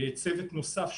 צוות נוסף,